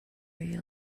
you